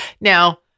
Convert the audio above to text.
now